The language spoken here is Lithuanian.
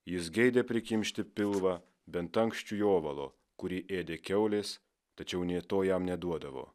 jis geidė prikimšti pilvą bent ankščių jovalo kurį ėdė kiaulės tačiau nė to jam neduodavo